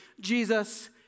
Jesus